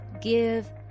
give